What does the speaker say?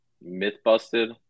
myth-busted